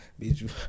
bitch